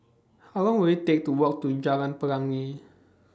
How Long Will IT Take to Walk to Jalan Pelangi